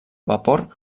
vapor